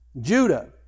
Judah